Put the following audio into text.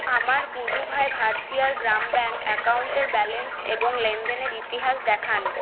আমার পুডুভাই ভারথিয়ার গ্রাম ব্যাঙ্ক অ্যাকাউন্টের ব্যালেন্স এবং লেনদেনের ইতিহাস দেখান